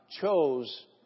chose